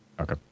okay